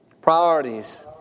Priorities